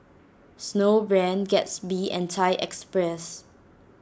Snowbrand Gatsby and Thai Express